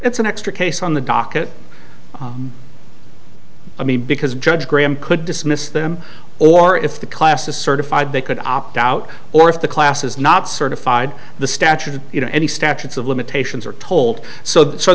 it's an extra case on the docket i mean because judge graham could dismiss them or if the class is certified they could opt out or if the class is not certified the statute you know any statutes of limitations are told so